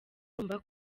urumva